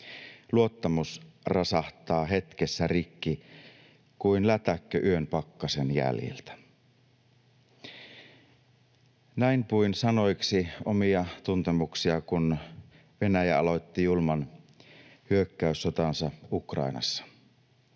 Luottamus rasahtaa hetkessä rikki kuin lätäkkö yön pakkasen jäljiltä.” Näin puin sanoiksi omia tuntemuksiani, kun Venäjä aloitti julman hyökkäyssotansa Ukrainassa.